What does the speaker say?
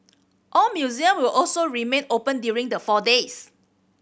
all museum will also remain open during the four days